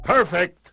Perfect